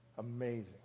Amazing